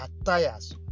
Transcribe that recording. attires